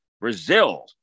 Brazil